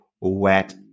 wet